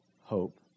hope